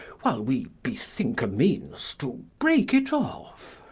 while we bethinke a meanes to breake it off